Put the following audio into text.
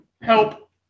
Help